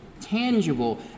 tangible